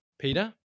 Peter